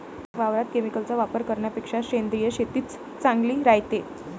वावरात केमिकलचा वापर करन्यापेक्षा सेंद्रिय शेतीच चांगली रायते